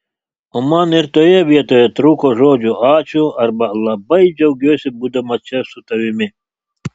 o man ir toje vietoje trūko žodžių ačiū arba labai džiaugiuosi būdama čia su tavimi